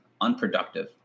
unproductive